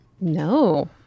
No